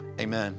amen